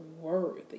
worthy